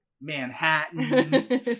Manhattan